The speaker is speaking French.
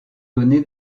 donné